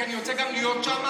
כי אני רוצה גם להיות שם,